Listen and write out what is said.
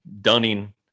Dunning